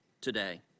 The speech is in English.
today